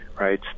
right